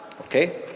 Okay